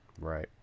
Right